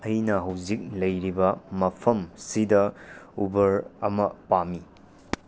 ꯑꯩꯅ ꯍꯧꯖꯤꯛ ꯂꯩꯔꯤꯕ ꯃꯐꯝꯁꯤꯗ ꯎꯕꯔ ꯑꯃ ꯄꯥꯝꯃꯤ